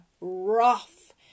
rough